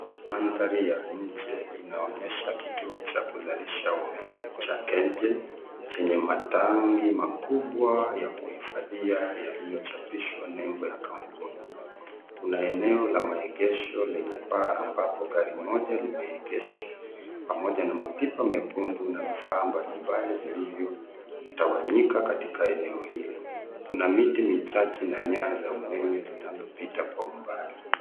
Mandhari ya nje inaonyesha kituo cha kuzalisha umeme cha Kengen nchini matangi makubwa ya kuhifadhia yaliyochapishwa nembo la kampuni ,kuna eneo la maegesho lenye paa ambapo gari moja limeegeshwa pamoja na mapipa mekundu na vifaa mbalimbali vilivyo tawanyika katika eneo hilo , kuna miti michache na nyaya za umeme zinazopita.